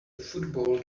football